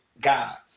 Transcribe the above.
God